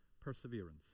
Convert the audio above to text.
perseverance